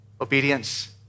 obedience